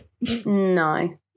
No